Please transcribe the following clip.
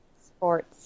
Sports